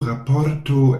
raporto